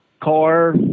car